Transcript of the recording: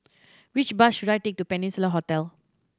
which bus should I take to Peninsula Hotel